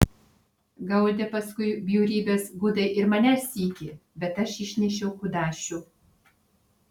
gaudė paskui bjaurybės gudai ir mane sykį bet aš išnešiau kudašių